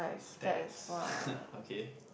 stats okay